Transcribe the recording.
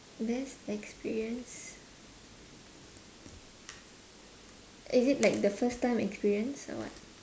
best experience is it like the first time experience or what